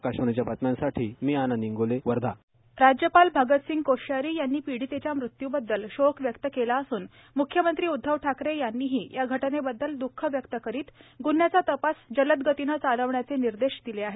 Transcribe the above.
आकाशवाणीच्या बातम्यांसाठी मी आनंद इंगोले वर्धा राज्यपाल भगतसिंग कोश्यारी यांनी पीडितेच्या मृत्यूबद्दल शोक व्यक्त केला असून मुख्यमंत्री उद्धव वकरे यांनी या घटनेबद्दल दुःख व्यक्त करून गुव्ह्याचा तपास जलदगतीनं चालविण्याचे विर्देश दिले आहेत